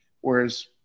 Whereas